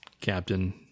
Captain